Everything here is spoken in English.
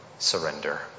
Surrender